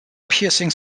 piercing